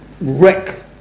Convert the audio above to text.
wreck